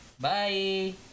Bye